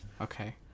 Okay